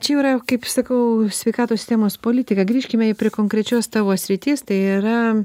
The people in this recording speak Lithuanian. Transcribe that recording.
čia jau yra kaip sakau sveikatos temos politika grįžkime prie konkrečios tavo srities tai yra